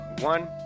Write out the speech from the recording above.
One